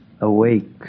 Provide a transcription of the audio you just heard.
Awake